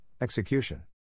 Execution